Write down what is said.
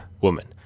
woman